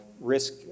risk